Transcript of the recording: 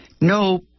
no